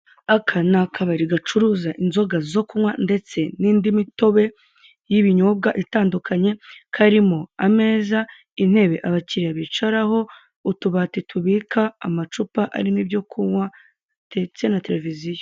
Aka ni akabari gacuruza inzoga zo kunkwa ndetse n'indi mitobe y'ibinyobwa itandukanye, karimo ameza intebe abakiriya bicaraho utubati tubika amacupa arimo ibyo kunkwa ndetse na televiziyo.